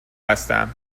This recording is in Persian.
هستم